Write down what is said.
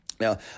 Now